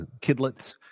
kidlets